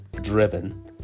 driven